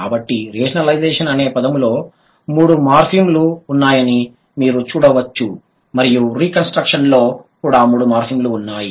కాబట్టి రేషనలైజషన్ అనే పదంలో మూడు మార్ఫిమ్లు ఉన్నాయని మీరు చూడవచ్చు మరియు రికన్స్ట్రక్షన్ లో కూడా మూడు మార్ఫిమ్లు ఉన్నాయి